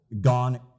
gone